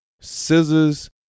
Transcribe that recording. Scissor's